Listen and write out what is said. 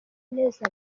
neza